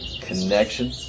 connection